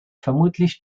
vermutlich